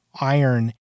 iron